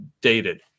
dated